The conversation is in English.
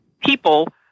people